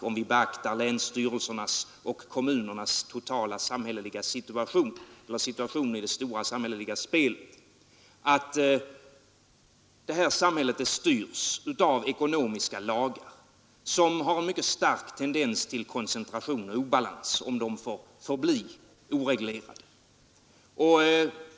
Om vi beaktar länsstyrelsernas och kommunernas totala samhälleliga situation, deras situation i det stora samhälleliga spelet, är det ju så att det här samhället styrs av ekonomiska lagar, som har en mycket stark tendens till koncentration och obalans, om de får förbli oreglerade.